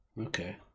Okay